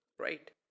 right